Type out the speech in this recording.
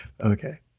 Okay